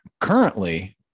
Currently